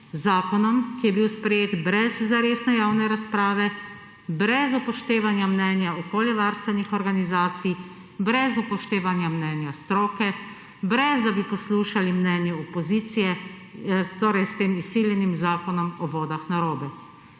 zakonom, ki je bil sprejet brez zaresne javne razprave, brez upoštevanja mnenja okoljevarstvenih organizacij, brez upoštevanja mnenja stroke, brez da bi poslušali mnenje opozicije − torej s tem izsiljenim Zakonom o vodah − narobe.